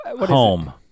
home